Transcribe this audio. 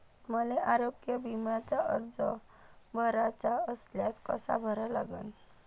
मले आरोग्य बिम्याचा अर्ज भराचा असल्यास कसा भरा लागन?